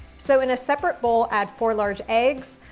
so, in a separate bowl, add four large eggs,